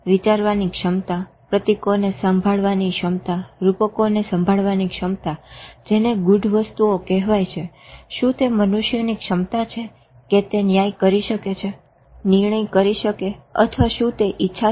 વિચારવાની ક્ષમતા પ્રતિકોને સંભાળવાની ક્ષમતા રૂપકોને સંભાળવાની ક્ષમતા જેને ગૂઢ વસ્તુઓ કહેવાય છે શું તે મનુષ્યની ક્ષમતા છે કે તે ન્યાય કરી શકે નિર્ણય કરી શકે અથવા શું તે ઈચ્છા છે